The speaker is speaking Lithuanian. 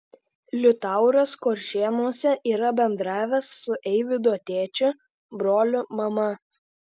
liutauras kuršėnuose yra bendravęs su eivydo tėčiu broliu mama